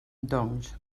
doncs